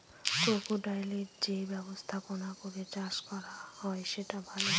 ক্রোকোডাইলের যে ব্যবস্থাপনা করে চাষ করা হয় সেটা ভালো